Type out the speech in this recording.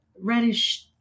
reddish